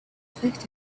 affect